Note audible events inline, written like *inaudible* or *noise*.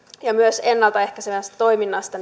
ja myös ennalta ehkäisevästä toiminnasta *unintelligible*